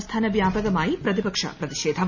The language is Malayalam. സംസ്ഥാനവ്യാപകമായി പ്രതിപക്ഷ പ്രതിഷേധം